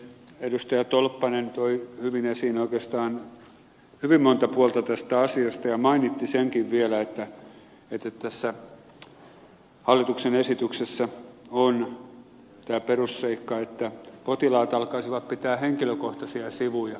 edustaja tolppanen toi hyvin esiin oikeastaan hyvin monta puolta tästä asiasta ja mainitsi senkin vielä että tässä hallituksen esityksessä on tämä perusseikka että potilaat alkaisivat ylläpitää henkilökohtaisia sivuja